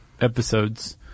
episodes